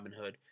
Robinhood